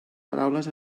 paraules